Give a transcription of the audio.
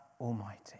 Almighty